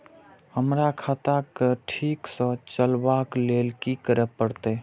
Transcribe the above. हमरा खाता क ठीक स चलबाक लेल की करे परतै